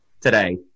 today